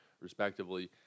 respectively